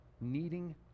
needing